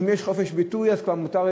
ואם יש חופש ביטוי אז כבר מותר,